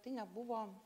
tai nebuvo